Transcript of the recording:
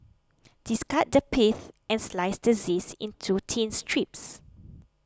discard the pith and slice the zest into thin strips